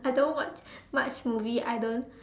I don't watch much movie I don't